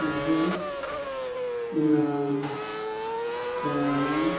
Afzal Imran Qiyamul